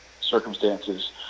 circumstances